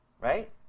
Right